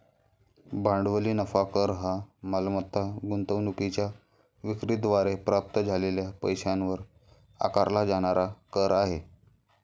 भांडवली नफा कर हा मालमत्ता गुंतवणूकीच्या विक्री द्वारे प्राप्त झालेल्या पैशावर आकारला जाणारा कर आहे